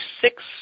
six